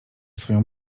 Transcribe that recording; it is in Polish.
swoją